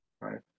right